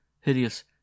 hideous